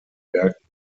werken